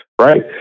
Right